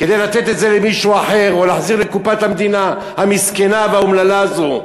כדי לתת את זה למישהו אחר או להחזיר לקופת המדינה המסכנה והאומללה הזאת.